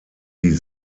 die